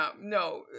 No